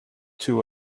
two